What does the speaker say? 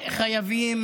סטודנטים.